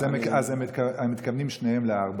הם מתכוונים שניהם לארבע.